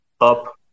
up